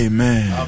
Amen